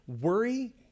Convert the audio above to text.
worry